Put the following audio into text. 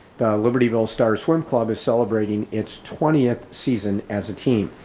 the libertyville stars swim club is celebrating its twentieth season as a team.